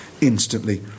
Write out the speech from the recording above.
instantly